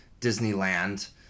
Disneyland